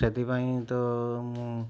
ସେଥିପାଇଁ ତ ମୁଁ